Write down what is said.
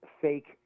fake